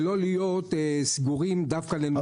ולא להיות סגורים דווקא למוצר מסוים.